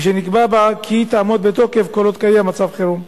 ושנקבע בה כי היא תעמוד בתוקף כל עוד קיים מצב חירום.